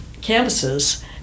canvases